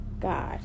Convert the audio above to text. god